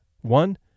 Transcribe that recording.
One